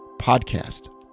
podcast